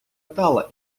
дала